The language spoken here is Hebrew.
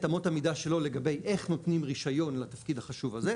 אמות המידה שלו לגבי איך נותנים רישיון לתפקיד החשוב הזה?